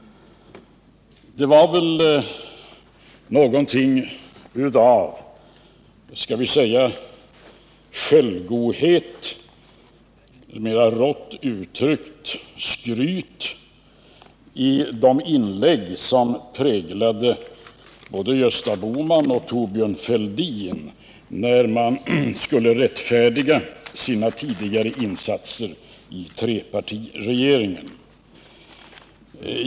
Det var väl någonting av skall vi säga självgodhet eller, mera rått uttryckt, skryt som präglade både Gösta Bohmans och Thorbjörn Fälldins inlägg när de skulle rättfärdiga sina tidigare insatser i trepartiregeringen.